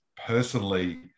personally